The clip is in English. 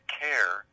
care